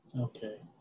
Okay